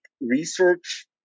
research